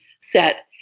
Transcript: set